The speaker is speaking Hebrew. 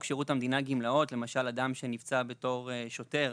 שירות המדינה (גמלאות) למשל: אדם שנפצע בתור שוטר,